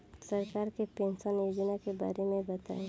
सरकार के पेंशन योजना के बारे में बताईं?